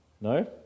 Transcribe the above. No